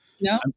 No